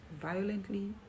violently